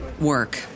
work